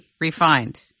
Refined